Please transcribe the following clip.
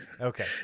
Okay